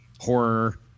horror